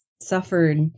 suffered